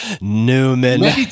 Newman